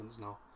no